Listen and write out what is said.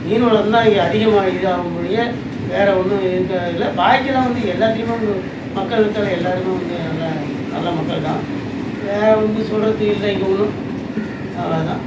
மீன் உலகம் தான் இங்கே அதிகமாக இதாக கூடிய வேறே ஒன்றும் இருக்கிறதுல்ல பாக்கிலாம் வந்து எல்லாத்துலேயுமே வந்து மக்கள் கிக்கள் எல்லோருமே வந்து நல்ல நல்ல மக்கள் தான் வேற வந்து சொல்கிறதுக்கு இல்லை இங்கே ஒன்றும் அவ்வளோ தான்